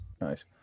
Nice